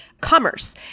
commerce